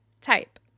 Type